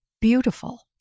beautiful